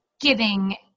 giving